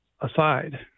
aside